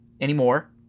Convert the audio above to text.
anymore